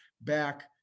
back